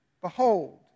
Behold